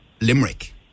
Limerick